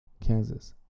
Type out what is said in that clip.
Kansas